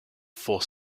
four